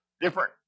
different